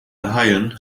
haaien